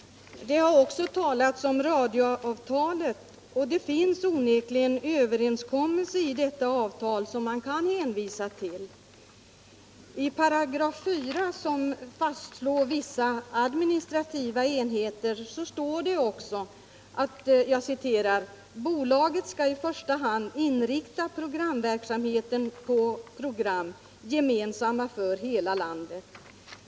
Det har också talats om radioavtalet. Det finns onekligen bestämmelser i detta avtal som man kan hänvisa till. I 45, som fastslår vissa administrativa enheter, står det också följande: ”Bolaget skall i första hand inrikta programverksamheten på program gemensamma för hela landet.